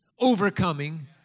overcoming